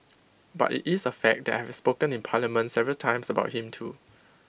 but IT is A fact that I have spoken in parliament several times about him too